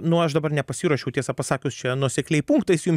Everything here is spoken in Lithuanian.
nu aš dabar nepasiruošiau tiesą pasakius čia nuosekliai punktais jum